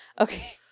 okay